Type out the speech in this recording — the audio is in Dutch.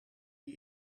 die